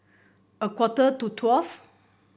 a quarter to twelve